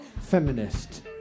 feminist